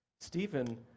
Stephen